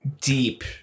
deep